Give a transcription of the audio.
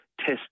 test